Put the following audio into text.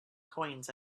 coins